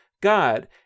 God